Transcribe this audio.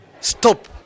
stop